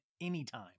anytime